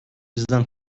bizden